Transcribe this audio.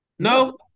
No